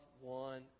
one